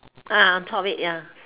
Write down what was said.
uh on top of it ya